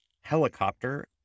Helicopter